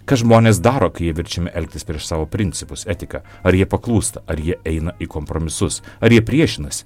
ką žmonės daro kai jie verčiami elgtis prieš savo principus etiką ar jie paklūsta ar jie eina į kompromisus ar jie priešinasi